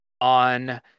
on